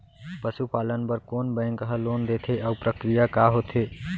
पसु पालन बर कोन बैंक ह लोन देथे अऊ प्रक्रिया का होथे?